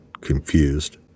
confused